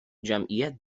جمعیت